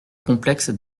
complexe